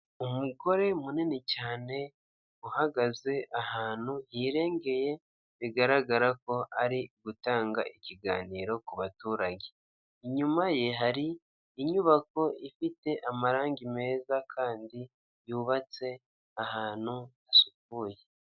Umugore munini cyane uhagaze ahantu hirengeye bigaragara ko ari ugutanga ikiganiro ku baturage, inyuma ye hari inyubako ifite amarangi meza kandi yubatse ahantu hasukuye.